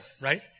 right